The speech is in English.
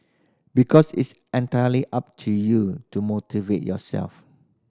because it's entirely up to you to motivate yourself